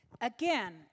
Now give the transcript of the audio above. Again